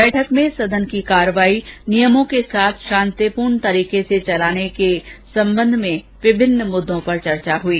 बैठक में सदन की कार्यवाही नियमों के साथ शांतिपूर्णक तरीके के साथ चलाने संबंधी विभिन्न मुद्दों पर चर्चा हुई